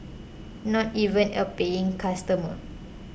not even a paying customer